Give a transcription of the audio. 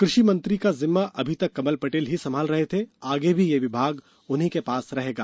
कृषि मंत्री का जिम्मा अभी तक कमल पटेल ही सम्भाल रहे थे आगे भी ये विभाग उन्हीं के पास रहेगा